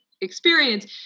experience